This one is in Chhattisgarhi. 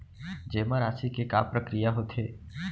जेमा राशि के का प्रक्रिया होथे?